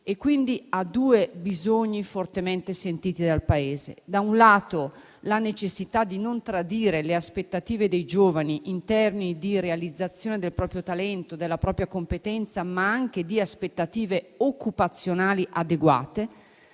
quindi due bisogni fortemente sentiti dal Paese: da un lato la necessità di non tradire le aspettative dei giovani in termini di realizzazione del proprio talento e della propria competenza, ma anche aspettative occupazionali adeguate,